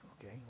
Okay